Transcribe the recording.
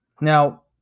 Now